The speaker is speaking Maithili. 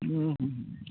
हुँ हुँ